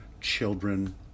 children